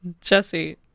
jesse